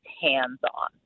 hands-on